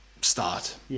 start